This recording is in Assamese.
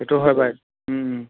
সেইটো হয়